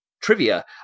trivia